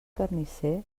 carnisser